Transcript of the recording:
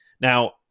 Now